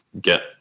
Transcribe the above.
get